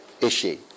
issue